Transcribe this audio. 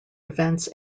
events